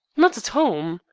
not at home!